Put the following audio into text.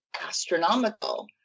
astronomical